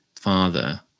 father